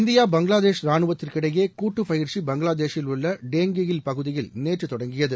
India Bangladesh ராணுவத்திற்கிடையே கூட்டுப் பயிற்சி பங்களாதேஷில் உள்ள டேங்கெயில் பகுதியில் நேற்று தொடங்கியது